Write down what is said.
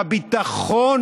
בביטחון,